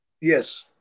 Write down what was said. Yes